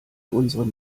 unseren